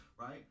Right